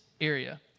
area